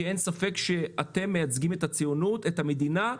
כי אין ספק שאתם מייצגים את הציונות ואת המדינה.